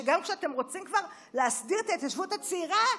שגם כשאתם רוצים כבר להסדיר את ההתיישבות הצעירה,